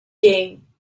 game